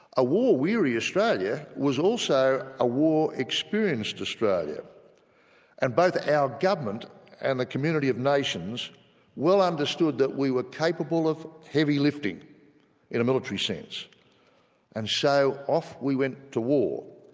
a war weary australia was also a war experienced australia and both our government and the community of nations well understood that we were capable of heavy lifting in a military sense and so off we went to war,